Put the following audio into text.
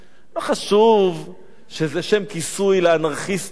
לא חשוב שזה שם כיסוי לאנרכיסטים,